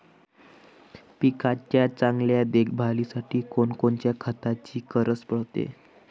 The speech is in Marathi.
पिकाच्या चांगल्या देखभालीसाठी कोनकोनच्या खताची गरज पडते?